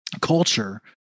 culture